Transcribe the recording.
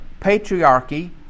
patriarchy